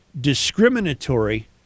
discriminatory